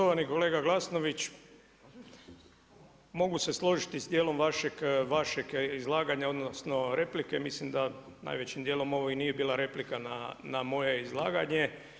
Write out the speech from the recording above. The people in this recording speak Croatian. Štovani kolega Glasnović, mogu se složiti s djelom vašeg izlaganja odnosno replike, mislim da najvećim djelom ovo i nije bila replika na moje izlaganje.